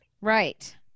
Right